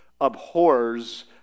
abhors